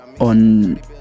on